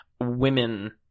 women